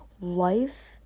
life